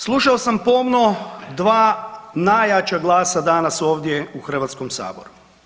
Slušao sam pomno dva najjača glasa danas ovdje u Hrvatskom saboru.